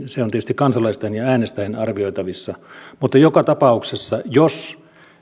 se on tietysti kansalaisten ja äänestäjien arvioitavissa mutta joka tapauksessa jos